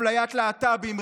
אפליית להט"בים,